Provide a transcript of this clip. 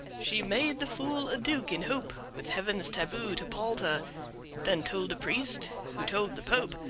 she made the fool a duke, in hope with heaven's taboo to palter then told a priest, who told the pope,